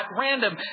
random